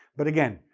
but again,